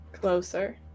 closer